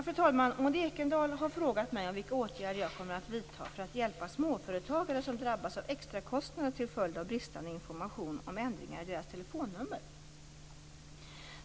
Fru talman! Maud Ekendahl har frågat mig vilka åtgärder jag kommer att vidtaga för att hjälpa småföretagare som drabbas av extrakostnader till följd av bristande information om ändringar i deras telefonnummer.